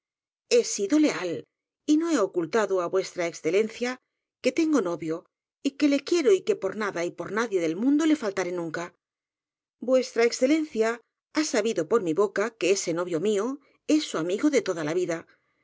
he sido leal y no he ocultado á v e que tengo novio y que le quiero y que por nada y por nadie del mundo le faltaré nunca v e ha sabido por mi boca que ese novio mío es su amigo de toda la vida